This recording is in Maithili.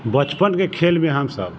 बचपनके खेलमे हमसभ